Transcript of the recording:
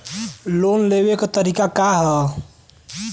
Loan के लेवे क तरीका का ह?